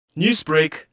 Newsbreak